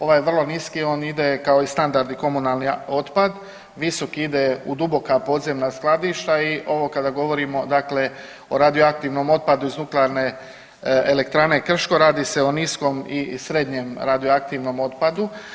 Ovaj vrlo niski on ide kao i standardni komunalni otpad, visoki ide u duboka podzemna skladišta i ovo kada govorimo, dakle o radioaktivnom otpadu iz Nuklearne elektrane Krško, radi se o niskom i srednjem radioaktivnom otpadu.